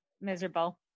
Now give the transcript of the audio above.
miserable